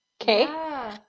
Okay